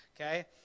okay